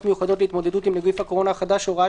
מיוחדות להתמודדות עם נגיף הקורונה החדש (הוראת